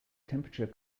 temperature